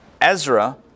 Ezra